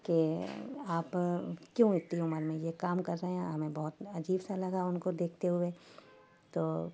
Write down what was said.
کہ آپ کیوں اتنی عمر میں یہ کام کر رہے ہیں ہمیں بہت عجیب سا لگا ان کو دیکھتے ہوئے تو